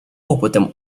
опытом